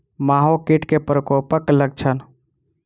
माहो कीट केँ प्रकोपक लक्षण?